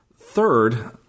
Third